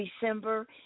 December